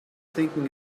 thinking